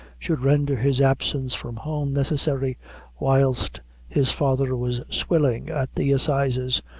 should render his absence from home necessary whilst his father was swilling at the assizes,